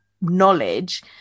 knowledge